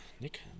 Nick